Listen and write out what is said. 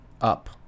up